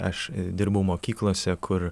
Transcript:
aš dirbau mokyklose kur